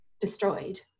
destroyed